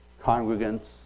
congregants